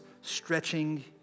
stretching